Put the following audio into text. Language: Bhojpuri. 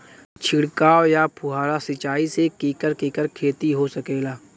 छिड़काव या फुहारा सिंचाई से केकर केकर खेती हो सकेला?